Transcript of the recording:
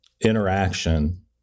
interaction